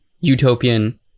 utopian